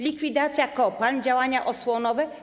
Likwidacja kopalń, działania osłonowe.